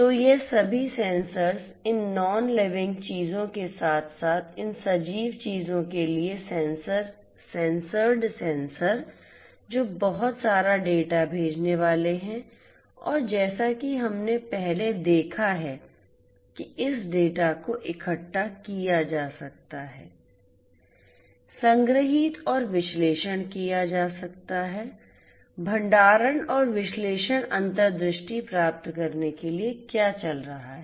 तो ये सभी सेंसर्स इन नॉन लाईविंग चीज़ों के साथ साथ इन सजीव चीज़ों के लिए सेंसर्ड सेंसर जो बहुत सारा डेटा भेजने वाले हैं और जैसा कि हमने पहले देखा है कि इस डेटा को इकट्ठा किया जा सकता है संग्रहीत और विश्लेषण किया जा सकता है भंडारण और विश्लेषण अंतर्दृष्टि प्राप्त करने के लिए कि क्या चल रहा है